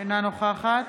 אינה נוכחת